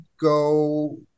go